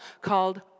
called